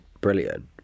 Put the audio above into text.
brilliant